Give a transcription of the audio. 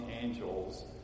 angels